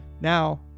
Now